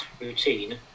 routine